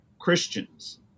Christians